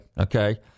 okay